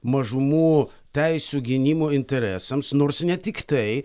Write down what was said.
mažumų teisių gynimo interesams nors ne tik tai